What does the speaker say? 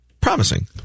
Promising